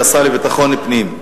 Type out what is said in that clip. השר לביטחון פנים.